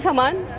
so mine